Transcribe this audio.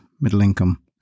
middle-income